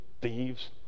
thieves